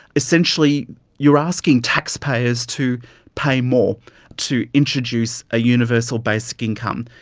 essentially you are asking taxpayers to pay more to introduce a universal basic income.